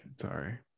Sorry